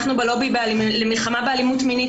אנחנו בלובי למלחמה באלימות מינית